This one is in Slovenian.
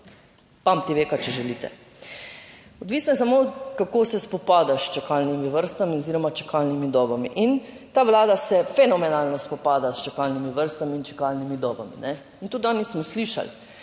pamtiveka, če želite. Odvisno je samo, kako se spopadaš s čakalnimi vrstami oziroma čakalnimi dobami. In ta Vlada se fenomenalno spopada s čakalnimi vrstami in čakalnimi dobami. In tudi danes smo slišali,